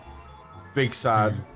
big sad